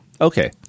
Okay